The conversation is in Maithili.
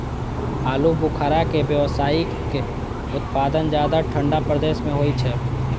आलू बुखारा के व्यावसायिक उत्पादन ज्यादा ठंढा प्रदेश मे होइ छै